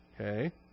Okay